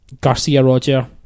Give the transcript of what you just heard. Garcia-Roger